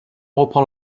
reprend